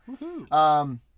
Woohoo